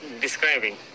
describing